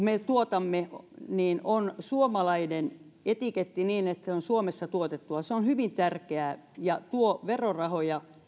me tuotamme on suomalainen etiketti niin että se on suomessa tuotettua se on hyvin tärkeää ja tuo verorahoja